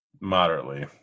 Moderately